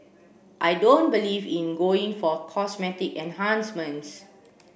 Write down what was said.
I don't believe in going for cosmetic enhancements